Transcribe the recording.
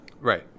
Right